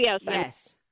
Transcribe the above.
yes